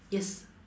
yes